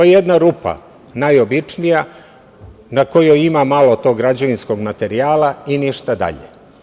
Jedna rupa najobičnija na kojoj ima malo tog građevinskog materijala i ništa dalje.